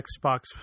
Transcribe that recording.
Xbox